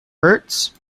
hurts